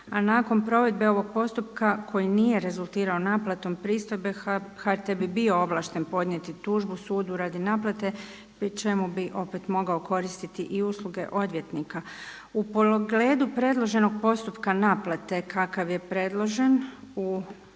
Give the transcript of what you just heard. a nakon provedbe ovog postupka koji nije rezultirao naplatom pristojbe HRT bi bio ovlašten podnijeti tužbu sudu radi naplate pri čemu bi opet mogao koristiti i usluge odvjetnika. U pogledu predloženo postupka naplate kakav je predložen u